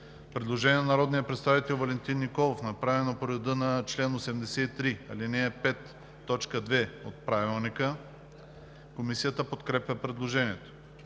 Предложение на народния представител Валентин Николов, направено по реда на чл. 83, ал. 5, т. 2 от Правилника. Комисията подкрепя предложението.